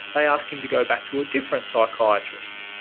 they ask him to go back to a different psychiatrist.